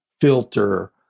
filter